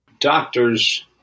doctors